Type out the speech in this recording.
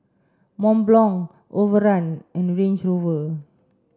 Mont Blanc Overrun and Range Rover